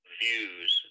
views